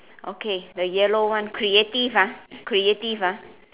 okay the yellow one creative ah creative ah